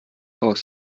aus